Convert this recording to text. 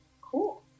Cool